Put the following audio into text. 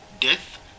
death